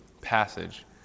passage